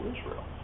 Israel